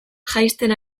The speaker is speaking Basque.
jaisten